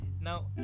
Now